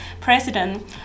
president